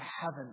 heaven